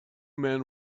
men